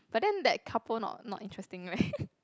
but then that couple not not interesting leh